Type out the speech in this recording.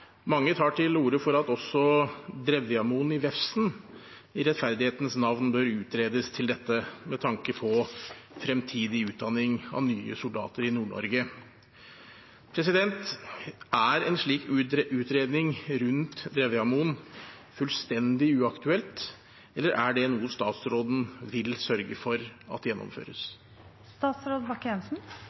Mange tar til orde for at også Drevjamoen i Vefsn i rettferdighetens navn bør utredes til dette med tanke på fremtidig utdanning av nye soldater i Nord-Norge. Er en slik utredning rundt Drevjamoen fullstendig uaktuelt, eller er det noe statsråden vil sørge for at gjennomføres? Det